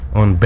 on